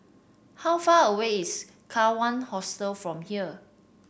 how far away is Kawan Hostel from here